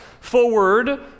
forward